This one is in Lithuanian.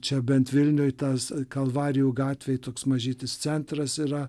čia bent vilniuje tas kalvarijų gatvėje toks mažytis centras yra